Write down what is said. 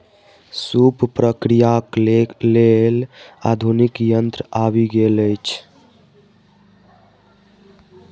सूप प्रक्रियाक लेल आधुनिक यंत्र आबि गेल अछि